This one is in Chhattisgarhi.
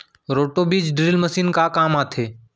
रोटो बीज ड्रिल मशीन का काम आथे?